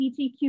LGBTQ